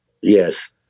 Yes